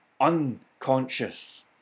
unconscious